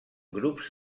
grups